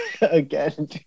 Again